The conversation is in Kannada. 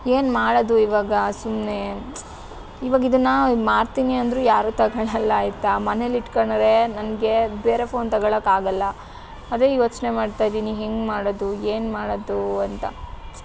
ಏನು ಮಾಡೋದು ಈವಾಗ ಸುಮ್ಮನೆ ಈವಾಗಿದನ್ನು ಮಾರ್ತೀನಿ ಅಂದರೂ ಯಾರೂ ತಗೋಳಲ್ಲ ಆಯಿತಾ ಮನೇಲಿ ಇಟ್ಕಳರೆ ನನಗೆ ಬೇರೆ ಫೋನ್ ತಗೋಳಕ್ಕಾಗಲ್ಲ ಅದೇ ಯೋಚನೆ ಮಾಡ್ತಾ ಇದ್ದೀನಿ ಹೇಗೆ ಮಾಡೋದು ಏನು ಮಾಡೋದು ಅಂತ